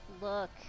look